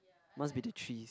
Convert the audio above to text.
must be the trees